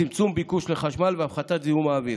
צמצום ביקוש לחשמל והפחתת זיהום האוויר.